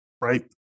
right